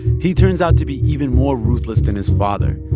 he turns out to be even more ruthless than his father.